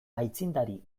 aitzindari